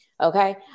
Okay